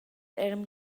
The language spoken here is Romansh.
eran